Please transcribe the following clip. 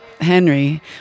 Henry